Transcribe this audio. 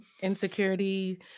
insecurity